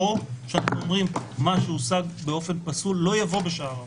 או שאנחנו אומרים שמה שהושג באופן פסול בכלל לא יבוא בשעריו